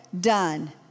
done